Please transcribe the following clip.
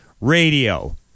radio